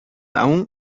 aún